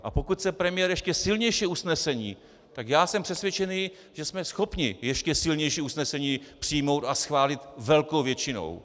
A pokud chce premiér ještě silnější usnesení, tak já jsem přesvědčený, že jsme schopni ještě silnější usnesení přijmout a schválit velkou většinou.